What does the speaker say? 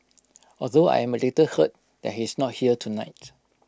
although I am A little hurt that he's not here tonight